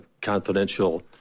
confidential